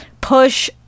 push